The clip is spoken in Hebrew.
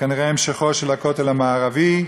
כנראה המשכו של הכותל המערבי,